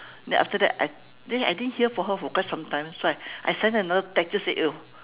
then after that I then I didn't hear from her for quite sometime so I I send her another text just say oh